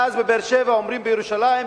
ואז בבאר-שבע אומרים בירושלים,